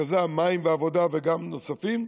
שבמרכזן מים, עבודה וגם דברים נוספים,